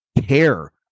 care